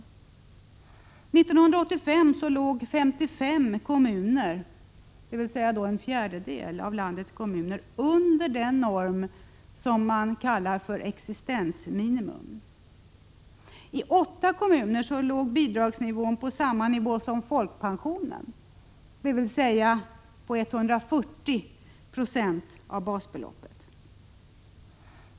1985 låg 55 kommuner, dvs. en fjärdedel av landets kommuner, under den norm som kallas existensminimum. I 8 kommuner låg bidragsnivån på samma nivå som folkpensionen, dvs. 140 96 av basbeloppet.